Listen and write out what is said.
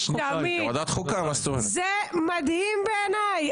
זה מדהים בעיניי.